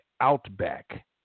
outback